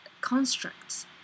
constructs